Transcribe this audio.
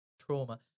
trauma